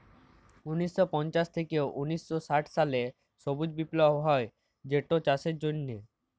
উনিশ শ পঞ্চাশ থ্যাইকে উনিশ শ ষাট সালে সবুজ বিপ্লব হ্যয় যেটচাষের জ্যনহে